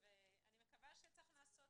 ומצד שני,